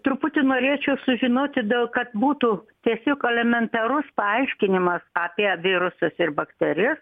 truputį norėčiau sužinoti dėl kad būtų tiesiog elementarus paaiškinimas apie virusus ir bakterijas